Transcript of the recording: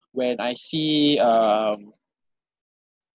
when I see um